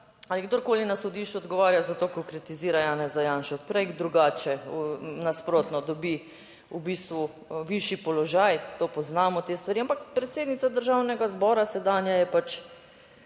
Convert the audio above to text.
ali kdorkoli na sodišču odgovarjal zato ker kritizira Janeza Janšo, prej drugače, nasprotno, dobi v bistvu višji položaj, to poznamo te stvari, ampak predsednica Državnega zbora, sedanja, je pač